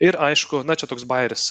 ir aišku na čia toks bajeris